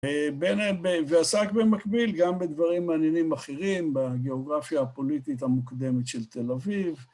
ועסק במקביל גם בדברים מעניינים אחרים בגיאוגרפיה הפוליטית המוקדמת של תל אביב.